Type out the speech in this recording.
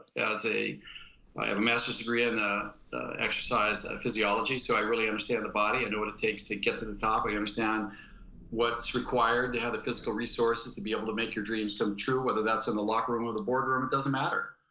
as a, i have a master's degree in ah exercise, ah physiology. so i really understand the body, i and know what it takes to get the the top, i understand what's required to have the physical resources to be able to make your dreams come true. whether that's in the locker room or the board room it doesn't matter.